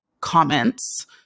comments